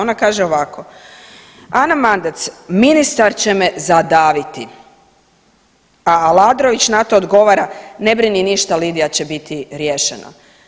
Ona kaže ovako, Ana Mandac, ministar će me zadaviti, a Aladrović na to ogovara, ne brini ništa Lidija će biti riješena.